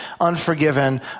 unforgiven